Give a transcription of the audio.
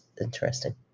interesting